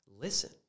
listen